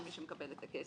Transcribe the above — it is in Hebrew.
של מי שמקבל את הכסף.